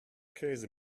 käse